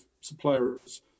suppliers